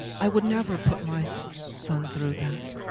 i would never put my son through that,